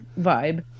vibe